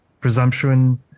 presumption